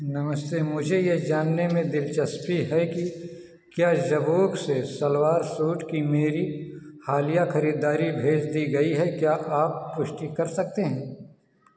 नमस्ते मुझे यह जानने में दिलचस्पी है कि क्या जबोंग से सलवार सूट की मेरी हालिया खरीदारी भेज दी गई है क्या आप पुष्टि कर सकते हैं